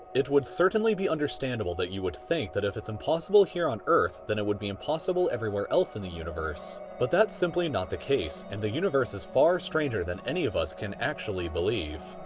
it would certainly be understandable that you would think that if it's impossible here on earth, then it would be impossible everywhere else in the universe. but that's simply not the case. and the universe is far stranger than any of us can actually believe.